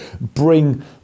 bring